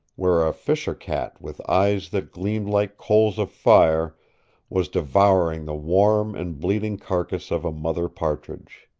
where a fisher-cat with eyes that gleamed like coals of fire was devouring the warm and bleeding carcass of a mother partridge.